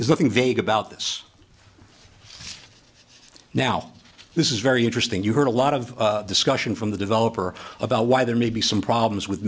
is nothing vague about this now this is very interesting you heard a lot of discussion from the developer about why there may be some problems with